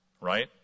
right